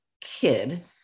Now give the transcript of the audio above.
kid